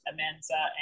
Amenza